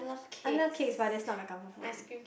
I love cakes but that's not my comfort food